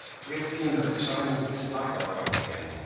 we have seen that the chinese dislike our white skin,